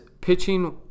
pitching